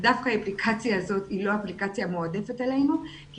דווקא האפליקציה הזאת היא לא האפליקציה המועדפת עלינו כי